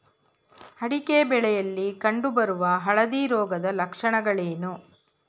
ಅಡಿಕೆ ಬೆಳೆಯಲ್ಲಿ ಕಂಡು ಬರುವ ಹಳದಿ ರೋಗದ ಲಕ್ಷಣಗಳೇನು?